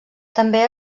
també